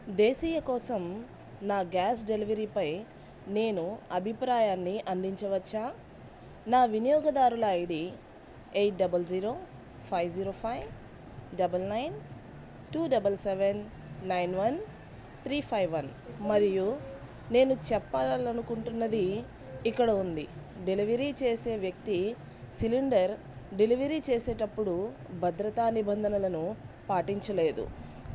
దేశీయ కోసం నా గ్యాస్ డెలివరీపై నేను అభిప్రాయాన్ని అందించవచ్చా నా వినియోగదారుల I D eight double zero five zero five double nine two double seven nine one three five one మరియు నేను చెప్పాలి అనుకుంటున్నది ఇక్కడ ఉంది డెలివరీ చేసే వ్యక్తి సిలిండర్ డెలివరీ చేసేటప్పుడు భద్రతా నిబంధనలను పాటించలేదు